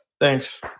Thanks